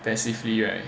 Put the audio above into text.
passively right